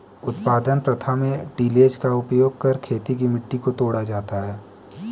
उत्पादन प्रथा में टिलेज़ का उपयोग कर खेत की मिट्टी को तोड़ा जाता है